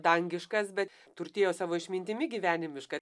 dangiškas bet turtėjo savo išmintimi gyvenimiška